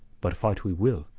but fight we will,